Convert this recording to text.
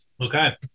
Okay